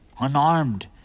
unarmed